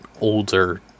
older